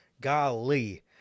golly